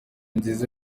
nziza